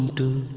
to